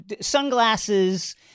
sunglasses